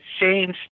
changed